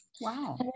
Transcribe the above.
Wow